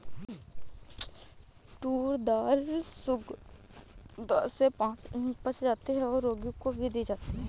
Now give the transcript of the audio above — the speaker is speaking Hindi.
टूर दाल सुगमता से पच जाती है और रोगी को भी दी जाती है